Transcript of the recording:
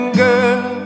girl